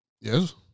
Yes